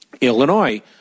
Illinois